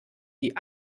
die